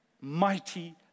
mighty